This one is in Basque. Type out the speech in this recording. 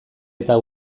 eta